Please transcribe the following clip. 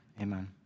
Amen